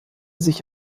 sich